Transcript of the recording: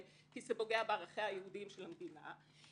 כי זה פוגע בערכיה היהודים של המדינה,